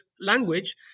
language